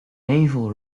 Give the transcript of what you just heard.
naval